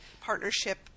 partnership